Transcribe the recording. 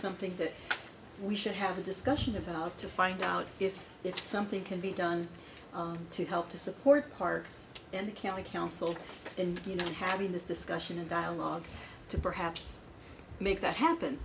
something that we should have a discussion about to find out if it's something can be done to help to support parks and can the council and you know having this discussion and dialogue to perhaps make that happen